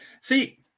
see